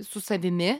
su savimi